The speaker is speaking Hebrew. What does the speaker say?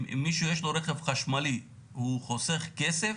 אם מי שיש לו רכב חשמלי חוסך כסף